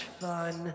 fun